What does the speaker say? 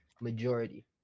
majority